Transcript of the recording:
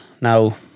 Now